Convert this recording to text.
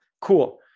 Cool